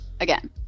Again